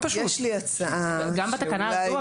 גם בתקנה הזו,